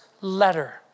letter